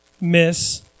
miss